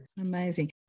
amazing